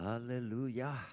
Hallelujah